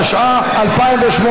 התשע"ח 2018,